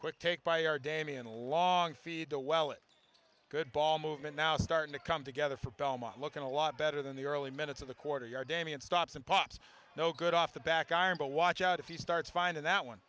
quick take by our damien long feed the well it good ball movement now starting to come together for belmont looking a lot better than the early minutes of the quarter you are damien stops and pops no good off the back iron but watch out if he starts find that one